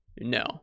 No